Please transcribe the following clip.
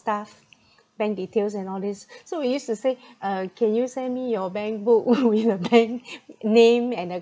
staff bank details and all these so we used to say uh can you send me your bank book with the bank name and the